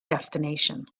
destination